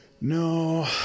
No